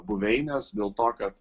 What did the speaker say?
buveines dėl to kad